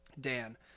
Dan